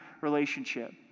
relationship